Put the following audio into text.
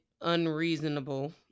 unreasonable